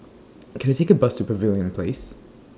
Can I Take A Bus to Pavilion Place